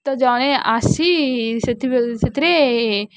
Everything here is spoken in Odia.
ତ ଜଣେ ଆସି ସେଥି ସେଥିରେ